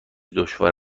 دشوار